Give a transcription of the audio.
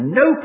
no